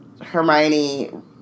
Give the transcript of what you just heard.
Hermione